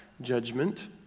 judgment